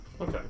Okay